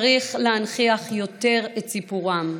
צריך להנכיח יותר את סיפורם.